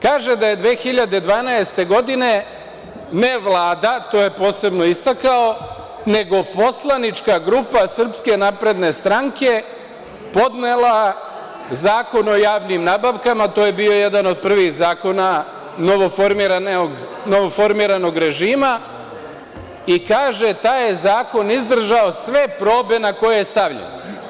Kaže da je 2012. godine, ne Vlada, to je posebno istakao, nego poslanička grupa SNS podnela Zakon o javnim nabavkama, to je bio jedan od prvih zakona novoformiranog režima, i kaže taj je zakon izdržao sve probe na koje je stavljen.